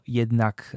jednak